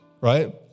right